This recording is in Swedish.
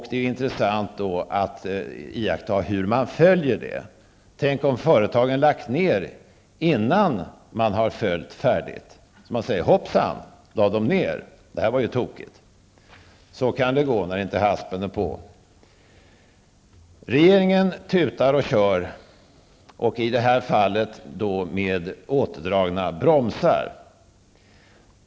Det är då intressant att följa hur man går till väga. Tänk, om företagen har lagt ner sin verksamhet innan man har följt färdigt! Reaktionen kan då bli: Hoppsan, de har visst lagt ner. Det här var ju tokigt. Så kan det gå, när inte haspen är på. Regeringen tutar och kör, i det här fallet med åtdragna bromsar.